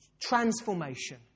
transformation